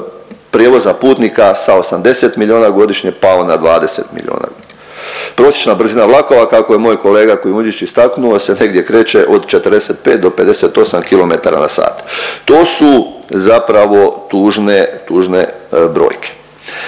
prijevoza putnika sa 80 milijona godišnje pao na 20 milijona. Prosječna brzina vlakova kako je moj kolega Kujundžić istaknuo se negdje kreće od 45 do 58 km/h. To su zapravo tužne, tužne